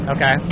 Okay